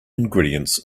ingredients